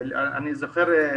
אני זוכר,